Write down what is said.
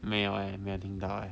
没有 eh 没有听到 eh